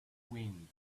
wind